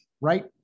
right